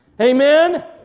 Amen